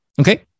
Okay